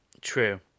true